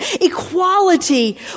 equality